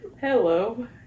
hello